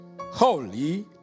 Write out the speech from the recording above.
holy